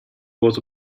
was